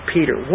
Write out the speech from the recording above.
Peter